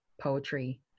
poetry